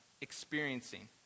experiencing